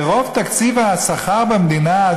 הרי רוב תקציב השכר במדינה,